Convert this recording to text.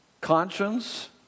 conscience